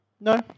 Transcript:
No